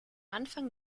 anfang